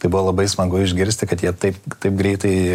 tai buvo labai smagu išgirsti kad jie taip taip greitai